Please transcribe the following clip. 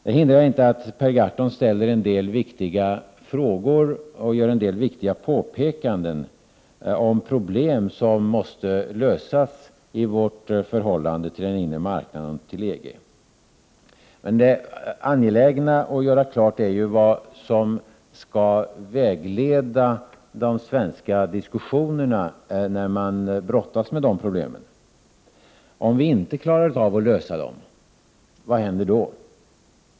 Det hindrar inte att Per Gahrton ställer en del viktiga frågor och gör en del viktiga påpekanden om problem som måste lösas i vårt förhållande till den inre marknaden och till EG. Det är angeläget att göra klart vad som skall vägleda de svenska diskussionerna, när man brottas med de problemen. Om vi inte klarar av att lösa dem, vad händer då?